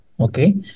Okay